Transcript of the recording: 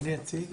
אני אציג.